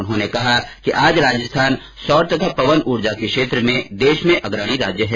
उन्होंने कहा कि आज राजस्थान सौर तथा पवन ऊर्जा के क्षेत्र में देश में अग्रणी राज्य है